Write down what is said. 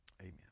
Amen